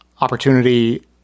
opportunity